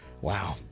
Wow